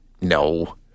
No